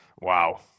Wow